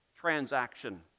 transaction